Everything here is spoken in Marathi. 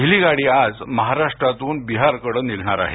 पहिली गाडी आज महाराष्ट्रातून बिहारकडे निघणार आहे